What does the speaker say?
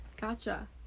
Gotcha